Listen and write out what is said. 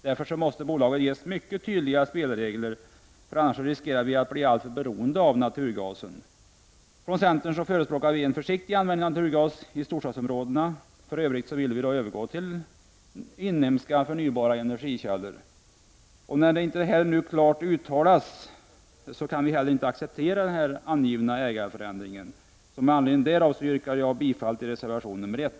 Därför måste bolaget ges mycket tydliga spelregler — annars riskerar vi att bli alltför beroende av naturgasen. Från centern förespråkar vi en försiktig användning av naturgas i storstadsområdena. För övrigt vill vi övergå till inhemska, förnybara energikällor. När detta nu inte klart uttalas kan vi inte heller acceptera den angivna ägarförändringen. Med anledning därav yrkar jag bifall till reservation nr 1.